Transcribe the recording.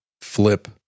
flip